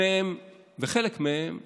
על חלק מהם כואב,